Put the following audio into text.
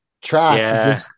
track